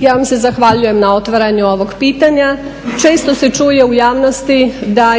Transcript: Ja vam se zahvaljujem na otvaranju ovog pitanja. Često se čuje u javnosti da